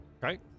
right